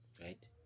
right